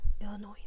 Illinois